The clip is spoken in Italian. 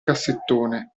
cassettone